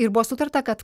ir buvo sutarta kad